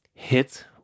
hit